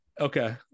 Okay